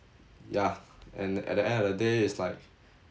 ya and at the end of the day it's like